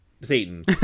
satan